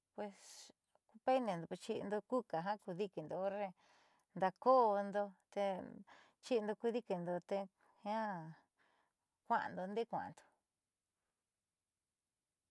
Pues peine kuuxi'indo kuka ja ku dikindo horre ndaako'ondo te chiindo ku diikindo te jiaa kua'ando ndee kua'ando.